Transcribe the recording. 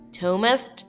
thomas